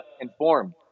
informed